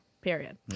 period